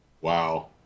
Wow